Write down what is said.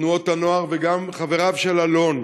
תנועות-הנוער, וגם חבריו של אלון.